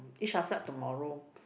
Yisha start tomorrow